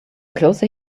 closer